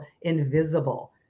invisible